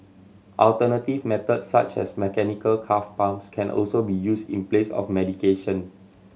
alternative methods such as mechanical calf pumps can also be use in place of medication